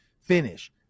finish